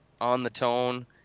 on-the-tone